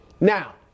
Now